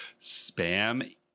Spam